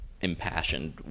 impassioned